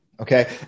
Okay